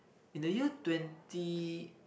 in the year twenty